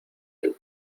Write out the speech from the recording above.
del